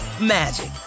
magic